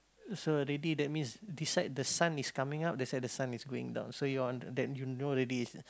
so already that means this side the sun is coming up that side the sun is going down so you are on that then you know already